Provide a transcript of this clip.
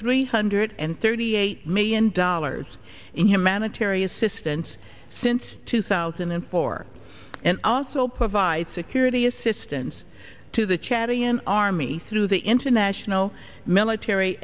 three hundred and thirty eight million dollars in humanitarian assistance since two thousand and four and also provide security assistance to the charity and army through the international military